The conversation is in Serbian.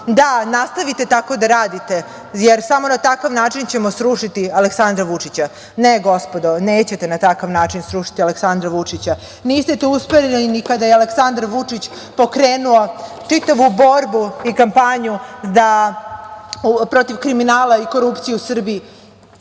da, nastavite tako da radite, jer samo na takav način ćemo srušiti Aleksandra Vučića? Ne, gospodo, nećete na takav način srušiti Aleksandra Vučića. Niste to uspeli ni kada je Aleksandar Vučić pokrenuo čitavu borbu i kampanju protiv kriminala i korupcije u Srbiji. Na